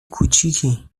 کوچیکی